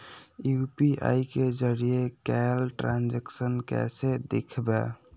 UPI के जरिए कैल ट्रांजेक्शन कैसे देखबै?